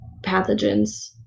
pathogens